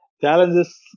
challenges